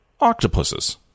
octopuses